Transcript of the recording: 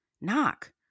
knock